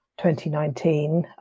2019